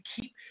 keep